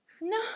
No